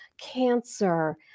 cancer